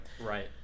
Right